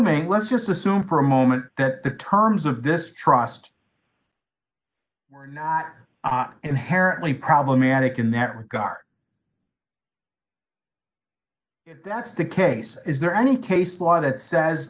t let's just assume for a moment that the terms of this trust not inherently problematic in that regard that's the case is there any case law that says